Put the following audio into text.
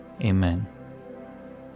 amen